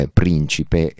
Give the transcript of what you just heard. principe